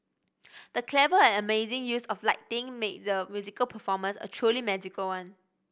the clever and amazing use of lighting made the musical performance a truly magical one